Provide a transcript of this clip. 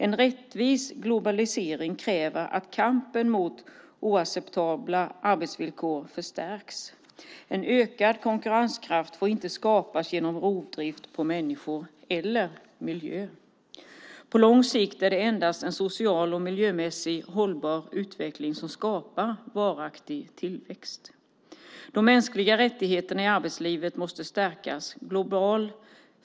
En rättvis globalisering kräver att kampen mot oacceptabla arbetsvillkor förstärks. En ökad konkurrenskraft får inte skapas genom rovdrift på människor eller miljö. På lång sikt är det endast en socialt och miljömässigt hållbar utveckling som skapar varaktig tillväxt. De mänskliga rättigheterna i arbetslivet måste stärkas globalt.